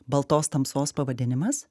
baltos tamsos pavadinimas